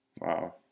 Wow